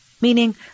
Meaning